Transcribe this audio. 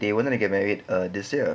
they wanted to get married ah this year